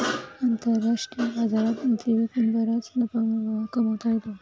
आंतरराष्ट्रीय बाजारात मोती विकून बराच नफा कमावता येतो